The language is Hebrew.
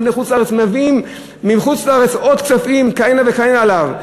בחוץ-לארץ מביא מחוץ-לארץ עוד כספים כהנה וכהנה לארץ.